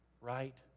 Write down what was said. right